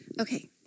Okay